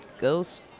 Ghost